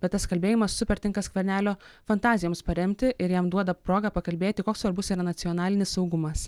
bet tas kalbėjimas super tinka skvernelio fantazijoms paremti ir jam duoda progą pakalbėti koks svarbus yra nacionalinis saugumas